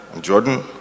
Jordan